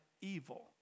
evil